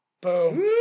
Boom